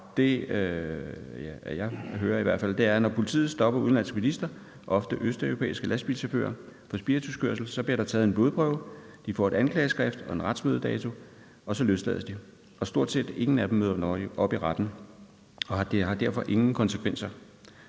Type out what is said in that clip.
det, jeg i hvert fald hører, er, at når politiet stopper udenlandske bilister – ofte østeuropæiske lastbilchauffører – for spirituskørsel, bliver der taget en blodprøve, og de får et anklageskrift og en retsmødedato, og så løslades de. Stort set ingen af dem møder op i retten, og det har derfor ingen konsekvenser.